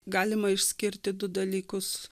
galima išskirti du dalykus